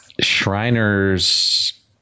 Shriners